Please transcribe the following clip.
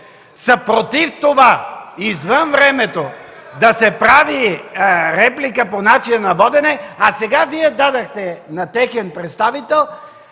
са против това – извън времето да се прави реплика по начина на водене, а сега Вие дадохте на техен представител,